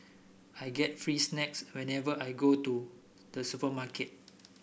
I get free snacks whenever I go to the supermarket